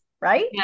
right